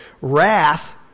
Wrath